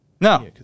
No